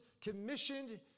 commissioned